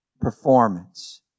performance